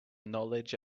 knowledge